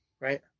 Right